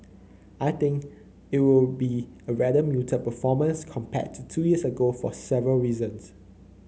I think it will be a rather muted performance compared to two years ago for several reasons